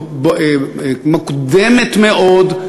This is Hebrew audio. מוקדמת מאוד,